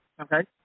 okay